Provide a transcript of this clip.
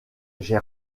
j’ai